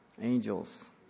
Angels